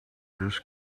this